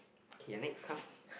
okay next come